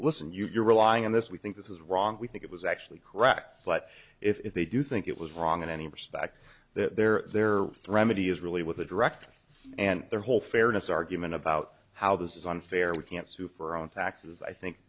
listen you're relying on this we think this is wrong we think it was actually correct but if they do think it was wrong in any respect that their their remedy is really with the director and their whole fairness argument about how this is unfair we can't sue for our own taxes i think